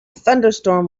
thunderstorm